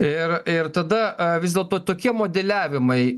ir ir tada vis dėlto tokie modeliavimai